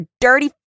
dirty